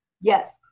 Yes